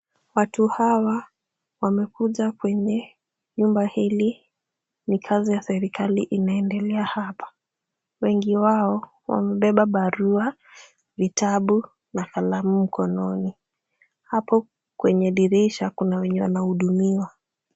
Watu hawa wamekuja kwenye nyumba hili. Ni kazi ya serikali inaendelea hapa. Wengi wao wamebeba barua, vitabu na kalamu mkononi. Hapo kwenye dirisha kuna wenye wanahudumiwa.